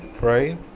right